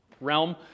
realm